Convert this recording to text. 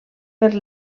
per